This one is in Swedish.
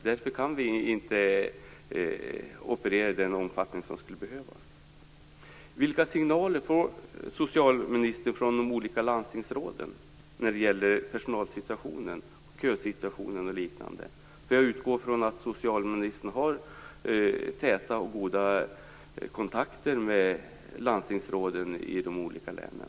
Därför kan man inte operera i den omfattning som skulle behövas. Vilka signaler får socialministern från de olika landstingsråden när det gäller personalsituationen och kösituationen? Jag utgår från att socialministern har täta och goda kontakter med landstingsråden i de olika länen.